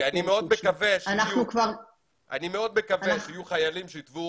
אני מאוד מקווה שיהיו חיילים שיתבעו